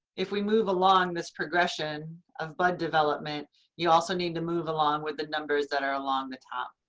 if we move along this progression of bud development you also need to move along with the numbers that are along the top.